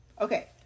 Okay